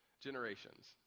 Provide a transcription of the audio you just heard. generations